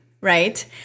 right